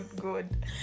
Good